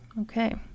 okay